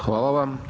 Hvala vam.